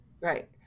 Right